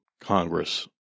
Congress